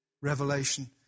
revelation